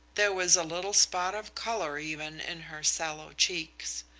there was a little spot of colour, even, in her sallow cheeks.